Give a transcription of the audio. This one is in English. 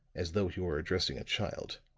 as though he were addressing a child.